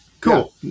cool